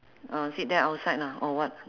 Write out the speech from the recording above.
mm sit there outside lah or what